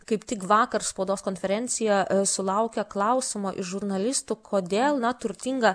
kaip tik vakar spaudos konferencijoje sulaukė klausimo iš žurnalistų kodėl na turtinga